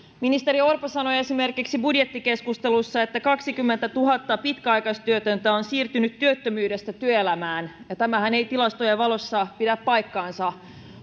ministeri orpo sanoi esimerkiksi budjettikeskustelussa että kaksikymmentätuhatta pitkäaikaistyötöntä on siirtynyt työttömyydestä työelämään ja tämähän ei tilastojen valossa pidä paikkaansa